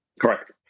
Correct